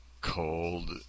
cold